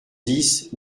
dix